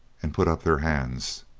and put up their hands.